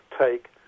take